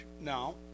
No